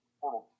portal